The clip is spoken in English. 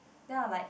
then I'll like